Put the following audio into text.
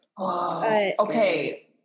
Okay